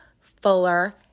fuller